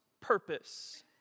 purpose